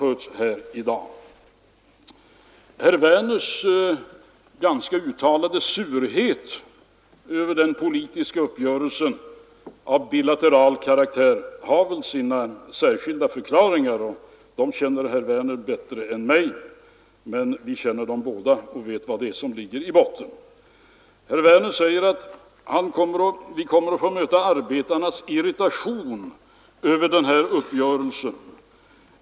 Herr Werners i Tyresö ganska uttalade surhet över den här uppgörelsen av bilateral karaktär har väl sina särskilda förklaringar, och dem känner herr Werner bättre än jag, men vi vet båda vad det är som ligger i botten. Herr Werner säger att vi kommer att få möta arbetarnas irritation över den här uppgörelsen.